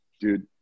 Dude